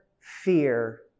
fear